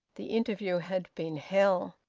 the interview had been hell,